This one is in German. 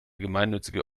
gemeinnützige